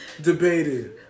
debated